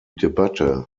debatte